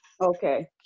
Okay